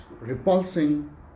repulsing